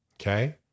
Okay